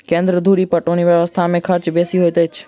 केन्द्र धुरि पटौनी व्यवस्था मे खर्च बेसी होइत अछि